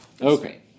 Okay